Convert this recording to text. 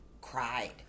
cried